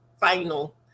final